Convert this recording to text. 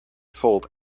sold